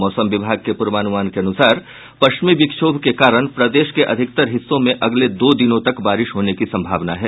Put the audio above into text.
मौसम विभाग के पूर्वानुमान के अनुसार पश्चिमी विक्षोभ के कारण प्रदेश के अधिकतर हिस्सों में अगले दो दिनों तक बारिश होने की संभावना है